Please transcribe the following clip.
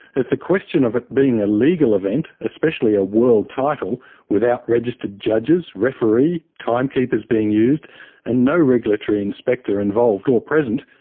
as the question of it being a legal event, especially a world title without registered judges, referee, timekeepers being used and no regulatory inspector involved or present,